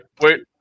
Wait